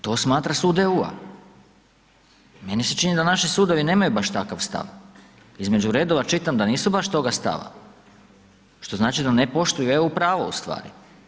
To smatra sud EU-a. meni se čini da naši sudovi nemaju baš takav stav, između redova čitam da nisu baš toga stava što znači da ne poštuju EU pravo ustvari.